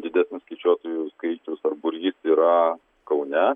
didesnis skaičiuotojų skaičius ar būrys yra kaune